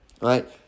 right